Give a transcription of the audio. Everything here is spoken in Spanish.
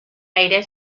aire